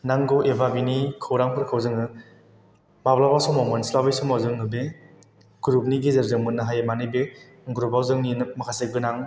नांगौ एबा बेनि खौरांफोरखौ जोङो माब्लाबा समाव मोनस्लाबै समाव जोङो बे ग्रुप नि गेजेरजों मोननो हायो माने बे ग्रुप आव जोंनिनो माखासे गोनां